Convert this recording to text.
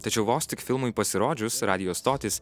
tačiau vos tik filmui pasirodžius radijo stotys